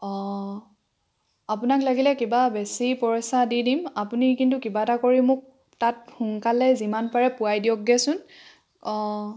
আপোনাক লাগিলে কিবা বেছি পইচা দি দিম আপুনি কিন্তু কিবা এটা কৰি মোক তাত সোনকালে যিমান পাৰে পোৱাই দিয়কগৈচোন অঁ